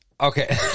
Okay